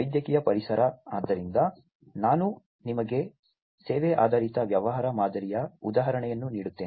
ವೈದ್ಯಕೀಯ ಪರಿಸರ ಆದ್ದರಿಂದ ನಾನು ನಿಮಗೆ ಸೇವೆ ಆಧಾರಿತ ವ್ಯವಹಾರ ಮಾದರಿಯ ಉದಾಹರಣೆಯನ್ನು ನೀಡುತ್ತೇನೆ